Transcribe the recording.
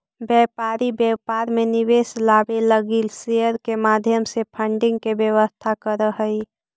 व्यापारी व्यापार में निवेश लावे लगी शेयर के माध्यम से फंडिंग के व्यवस्था करऽ हई